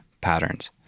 patterns